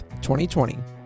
2020